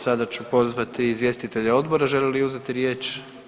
Sada ću pozvati izvjestitelje odbora žele li uzeti riječ?